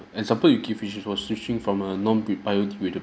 and sometimes you keep switching from switching from a non biodegradable